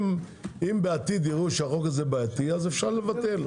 אם בעתיד יראו שהחוק הזה בעייתי אז אפשר לתקן,